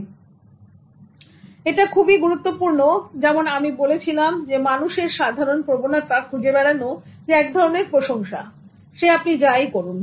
সুতরাং এটা খুবই গুরুত্বপূর্ণ যেমন আমি বলেছিলাম যে মানুষের সাধারণ প্রবণতা খুঁজে বেড়ানো এক ধরনের প্রশংসা সে আপনি যা ই করুন